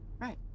Right